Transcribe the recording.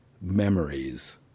memories